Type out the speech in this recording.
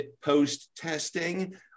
post-testing